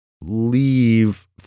leave